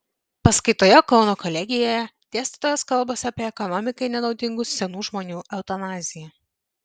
paskaitoje kauno kolegijoje dėstytojos kalbos apie ekonomikai nenaudingų senų žmonių eutanaziją